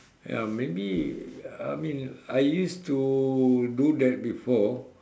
ya maybe I mean I used to do that before